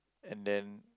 and then